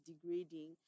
degrading